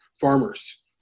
farmers